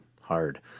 hard